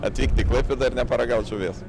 atvykt į klaipėdą ir neparagaut žuvies